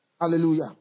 Hallelujah